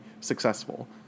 successful